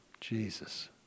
Jesus